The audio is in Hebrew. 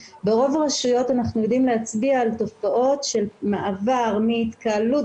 אנחנו יודעים להצביע על תופעות של מעבר מהתקהלות